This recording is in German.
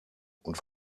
und